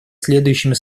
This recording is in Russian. следующими